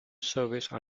service